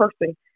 person